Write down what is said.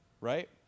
Right